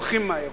הולכים מהר,